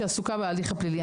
שעסוקה בהליך הפלילי.